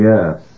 Yes